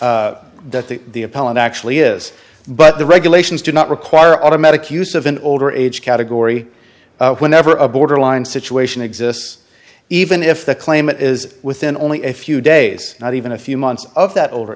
the the appellant actually is but the regulations do not require automatic use of an older age category whenever a borderline situation exists even if the claimant is within only a few days not even a few months of that old